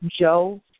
Joe